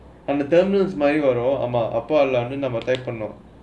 on the terminals மாரி வரும் ஆமா அதிலே அப்பே:maari vaarum aamaa athilae appe tag